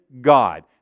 God